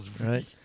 right